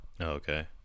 Okay